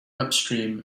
upstream